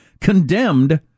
condemned